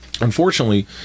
Unfortunately